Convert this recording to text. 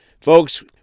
Folks